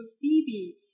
Phoebe